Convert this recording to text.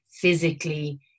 physically